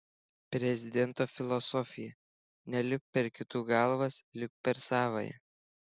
prezidento filosofija nelipk per kitų galvas lipk per savąją